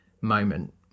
moment